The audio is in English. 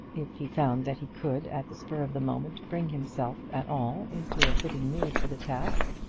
if he found that he could, at the spur of the moment, bring himself at all into a fitting mood for the task?